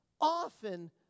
often